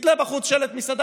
תתלה בחוץ שלט "מסעדה",